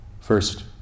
first